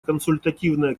консультативная